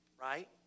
right